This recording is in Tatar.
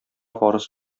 фарыз